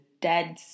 dead